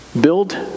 build